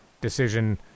decision